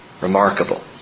Remarkable